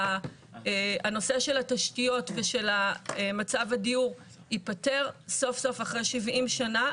שהנושא של התשתיות ומצב הדיור ייפתר סוף סוף אחרי 70 שנה,